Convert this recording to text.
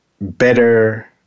better